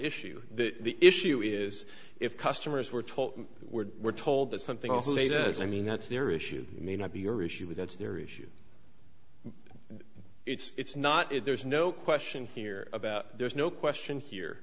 issue the issue is if customers were told we're we're told that's something else later i mean that's their issue may not be your issue with that's their issue it's not it there's no question here about there's no question here